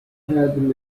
head